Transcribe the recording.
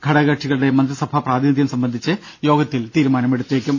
ഘടകകക്ഷികളുടെ മന്ത്രിസഭാ പ്രാതിനിധ്യം സംബന്ധിച്ച് യോഗത്തിൽ തീരുമാനമെടുത്തേക്കും